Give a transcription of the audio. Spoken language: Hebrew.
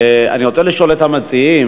אני רוצה לשאול את המציעים.